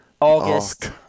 August